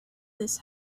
this